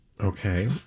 Okay